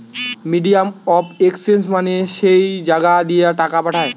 medium of exchange মানে যেই জাগা দিয়ে টাকা পাঠায়